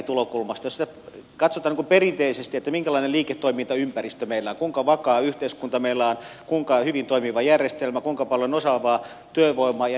jos sitä katsotaan perinteisesti että minkälainen liiketoimintaympäristö meillä on kuinka vakaa yhteiskunta meillä on kuinka hyvin toimiva järjestelmä kuinka paljon osaavaa työvoimaa ja niin edelleen